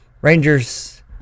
Rangers